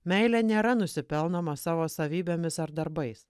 meilė nėra nusipelnoma savo savybėmis ar darbais